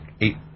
eight